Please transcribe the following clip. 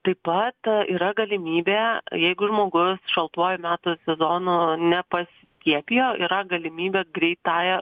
taip pat yra galimybė jeigu žmogus šaltuoju metų sezonu nepaskiepijo yra galimybė greitąja